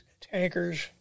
tankers